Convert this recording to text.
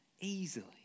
easily